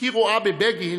היא רואה בבגין